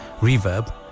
reverb